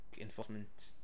enforcement